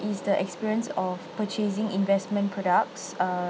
is the experience of purchasing investment products err